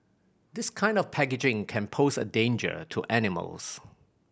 this kind of packaging can pose a danger to animals